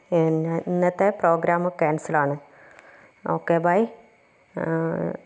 പിന്നെ ഇന്നത്തെ programme cancel ആണ് ഓക്കേ ബൈ